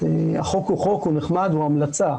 החוק הוא חוק, הוא נחמד, הוא המלצה.